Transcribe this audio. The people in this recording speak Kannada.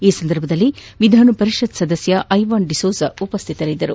ಈ ಸಂದರ್ಭದಲ್ಲಿ ವಿಧಾನ ಪರಿಷತ್ ಸದಸ್ಯ ಐವಾನ್ ದಿಸೋಜಾ ಉಪಸ್ಠಿತರಿದ್ದರು